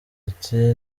ati